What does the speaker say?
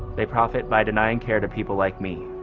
they profit by denying care to people like me